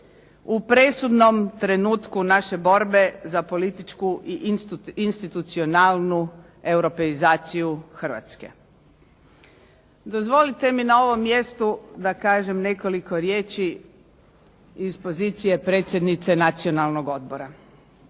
u presudnom trenutku naše borbe za političku i institucionalnu europeizaciju Hrvatske. Dozvolite mi na ovom mjestu da kažem nekoliko riječi iz pozicije predsjednice Nacionalnog odbora.